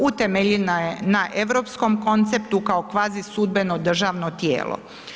Utemeljena je na europskom konceptu kao kvazi sudbeno državno tijelo.